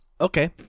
Okay